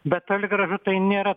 bet toli gražu tai nėra